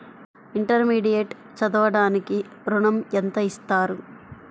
Intermediate చదవడానికి ఋణం ఎంత ఇస్తారు?